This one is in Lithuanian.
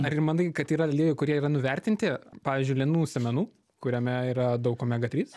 ar ir manai kad yra aliejų kurie yra nuvertinti pavyzdžiui linų sėmenų kuriame yra daug omega trys